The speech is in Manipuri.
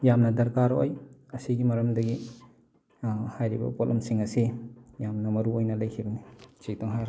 ꯌꯥꯝꯅ ꯗꯔꯀꯥꯔ ꯑꯣꯏ ꯑꯁꯤꯒꯤ ꯃꯔꯝꯗꯒꯤ ꯍꯥꯏꯔꯤꯕ ꯄꯣꯠꯂꯝꯁꯤꯡ ꯑꯁꯤ ꯌꯥꯝꯅ ꯃꯔꯨꯑꯣꯏꯅ ꯂꯩꯈꯤꯕꯅꯤ ꯁꯤꯇꯪ ꯍꯥꯏꯔ